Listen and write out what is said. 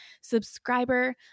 subscriber